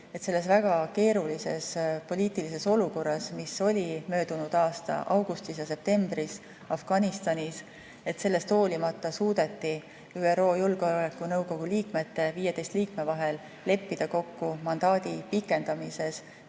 et selles väga keerulises poliitilises olukorras, mis oli möödunud aasta augustis ja septembris Afganistanis, sellest hoolimata suudeti ÜRO Julgeolekunõukogu 15 liikme vahel leppida kokku mandaadi pikendamises